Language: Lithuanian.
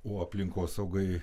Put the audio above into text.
o aplinkosaugai